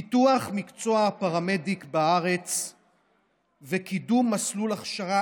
פיתוח מקצוע הפרמדיק בארץ וקידום מסלול הכשרה